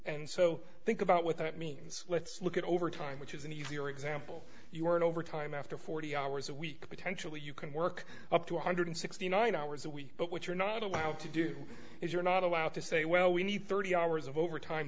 and so think about what that means let's look at over time which is an easier example you are in over time after forty hours a week potentially you can work up to one hundred sixty nine hours a week but what you're not allowed to do is you're not allowed to say well we need thirty hours of overtime